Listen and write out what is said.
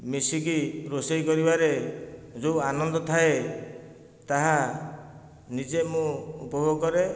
ମିଶିକି ରୋଷେଇ କରିବାରେ ଯେଉଁ ଆନନ୍ଦ ଥାଏ ତାହା ନିଜେ ମୁଁ ଉପଭୋଗ କରେ